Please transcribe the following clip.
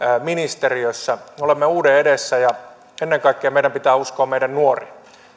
ministeriössä olemme uuden edessä ja ennen kaikkea meidän pitää uskoa meidän nuoriin